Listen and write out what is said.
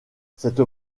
cette